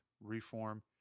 reform